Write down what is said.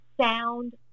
sound